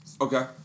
Okay